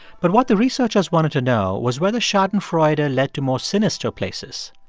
but what the researchers wanted to know was whether schadenfreude ah led to more sinister places.